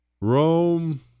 Rome